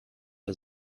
wir